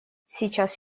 сейчас